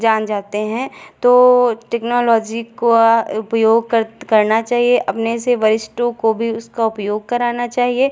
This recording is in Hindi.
जान जाते हैं तो टेक्नोलॉजी का उपयोग करना चहिए अपने से वरिष्ठों को भी उसका उपयोग कराना चाहिए